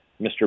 Mr